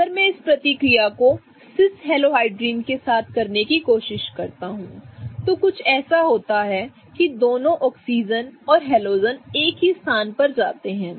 अगर मैं इस प्रतिक्रिया को cis हेलोहाइड्रिन के साथ करने की कोशिश करता हूं तो कुछ ऐसा होता है कि दोनों ऑक्सीजन और हैलोजन एक ही स्थान पर जाते हैं